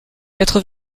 quatre